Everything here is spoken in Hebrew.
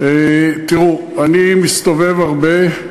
אני מסתובב הרבה,